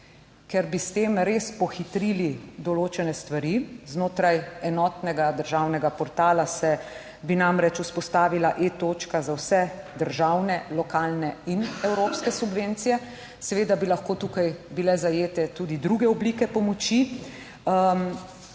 ker bi s tem res pohitrili določene stvari znotraj enotnega državnega portala, se bi namreč vzpostavila e-točka za vse državne, lokalne in evropske subvencije, seveda bi lahko tukaj bile zajete tudi druge oblike pomoči.